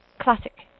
classic